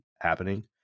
happening